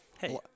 Hey